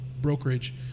brokerage